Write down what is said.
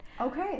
Okay